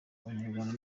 abanyarwanda